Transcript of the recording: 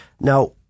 Now